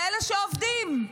לאלה שעובדים.